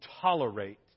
tolerate